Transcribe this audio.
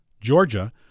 Georgia